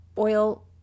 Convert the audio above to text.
Oil